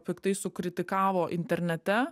piktai sukritikavo internete